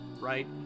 right